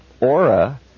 aura